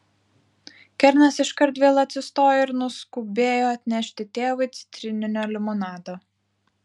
kernas iškart vėl atsistojo ir nuskubėjo atnešti tėvui citrininio limonado